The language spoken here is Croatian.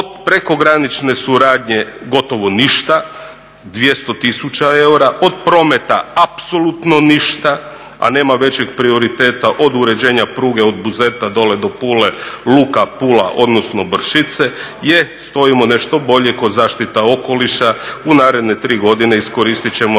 od prekogranične suradnje gotovo ništa, 200 tisuća eura, od prometa apsolutno ništa, a nema većeg prioriteta od uređenja pruge od Buzeta dolje do Pule, Luka Pula, odnosno Bršice, stojimo nešto bolje kod zaštita okoliša, u naredne 3 godine iskoristit ćemo